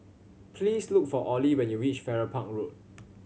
please look for Olie when you reach Farrer Park Road